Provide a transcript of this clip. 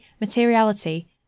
materiality